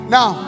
Now